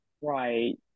right